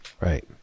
right